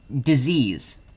disease